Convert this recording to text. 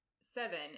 seven